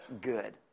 good